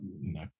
no